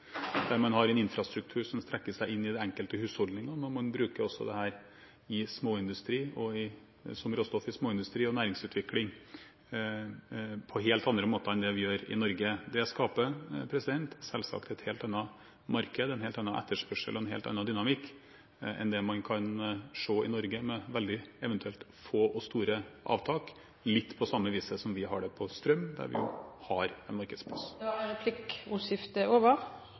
der man har en infrastruktur som strekker seg inn i den enkelte husholdningen, og man bruker også dette som råstoff i småindustrien og næringsutvikling på en helt annen måte enn vi gjør i Norge. Det skaper selvsagt et helt annet marked, en helt annen etterspørsel og en helt annen dynamikk – med veldig få og store avtak – enn det man kan se i Norge. Det er litt på samme viset som vi har det på strøm, der vi har en markedsplass. Replikkordskiftet er